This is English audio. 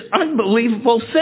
unbelievable